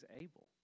able